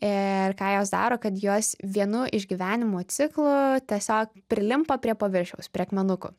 ir ką jos daro kad jos vienu iš gyvenimo ciklų tiesiog prilimpa prie paviršiaus prie akmenukų